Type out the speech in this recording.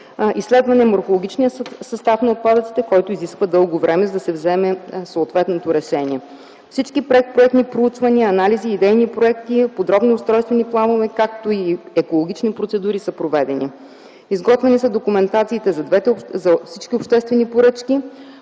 изследване на морфологичния състав на отпадъците, който изисква дълго време, за да се вземе съответното решение; - всички предпроектни проучвания, анализи, идейни проекти, подробни устройствени планове, както и екологични процедури са проведени; - изготвени са документациите за всички обществени поръчки;